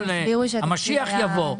המשיח יבוא.